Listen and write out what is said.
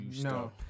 no